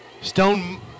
Stone